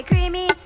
Creamy